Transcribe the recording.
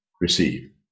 receive